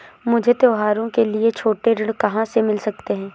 मुझे त्योहारों के लिए छोटे ऋण कहाँ से मिल सकते हैं?